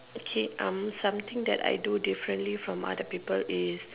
okay um something that I do differently from people is